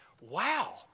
wow